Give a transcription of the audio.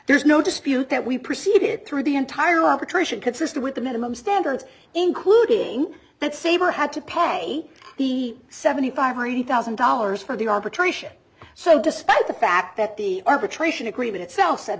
there's no dispute that we proceeded through the entire operation consistent with the minimum standards including that saber had to pay the seventy five or eighty thousand dollars for the arbitration so despite the fact that the arbitration agreement itself